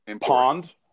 Pond